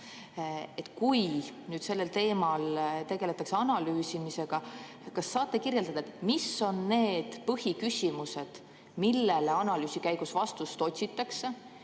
Kui nüüd sellel teemal tegeldakse analüüsimisega, siis kas saate kirjeldada, mis on need põhiküsimused, millele analüüsi käigus vastust otsitakse,